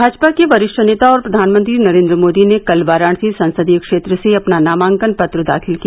भाजपा के वरिष्ठ नेता और प्रधानमंत्री नरेन्द्र मोदी ने कल वाराणसी संसदीय क्षेत्र से अपना नामांकन पत्र दाखिल किया